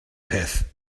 peth